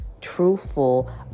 truthful